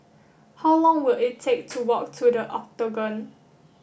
how long will it take to walk to The Octagon